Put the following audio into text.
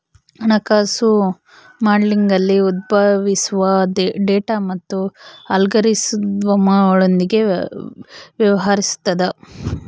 ಹಣಕಾಸು ಮಾಡೆಲಿಂಗ್ನಲ್ಲಿ ಉದ್ಭವಿಸುವ ಡೇಟಾ ಮತ್ತು ಅಲ್ಗಾರಿದಮ್ಗಳೊಂದಿಗೆ ವ್ಯವಹರಿಸುತದ